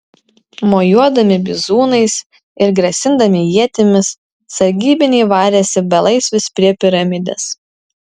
mojuodami bizūnais ir grasindami ietimis sargybiniai varėsi belaisvius prie piramidės